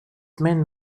main